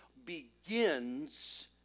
begins